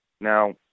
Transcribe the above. Now